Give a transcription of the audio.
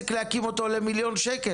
להקים את העסק עולה 1,000,000 ₪.